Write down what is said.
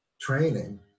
training